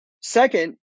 Second